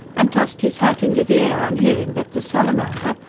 and tossed his hat into the air on hearing that the salamander,